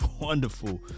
wonderful